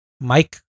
mike